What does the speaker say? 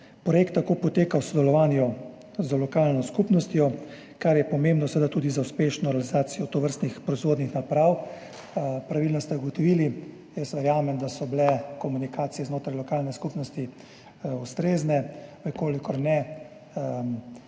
Projekt tako poteka v sodelovanju z lokalno skupnostjo, kar je pomembno tudi za uspešno realizacijo tovrstnih proizvodnih naprav. Pravilno ste ugotovili. Jaz verjamem, da so bile komunikacije znotraj lokalne skupnosti ustrezne. Če ne